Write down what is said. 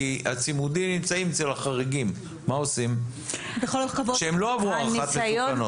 הצימודים נמצאים אצל החריגים שהם לא עברו הערכת מסוכנות.